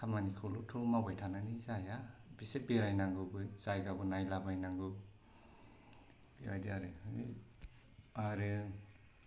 खामानिखौल'थ' मावबाय थानानै जाया इसे बेरायनांगौबो जायगाबो नायलाबायनांगौ बेबायदि आरो आरो